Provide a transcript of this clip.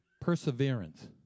perseverance